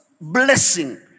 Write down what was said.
blessing